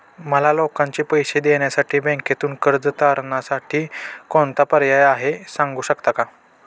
मला लोकांचे पैसे देण्यासाठी बँकेतून कर्ज तारणसाठी कोणता पर्याय आहे? सांगू शकता का?